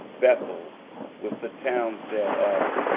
bethel with the towns thereof,